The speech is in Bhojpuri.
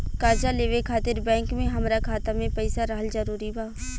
कर्जा लेवे खातिर बैंक मे हमरा खाता मे पईसा रहल जरूरी बा?